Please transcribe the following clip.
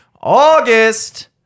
August